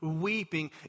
weeping